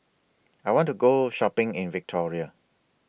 I want to Go Shopping in Victoria